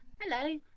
hello